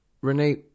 renee